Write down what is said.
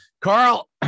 Carl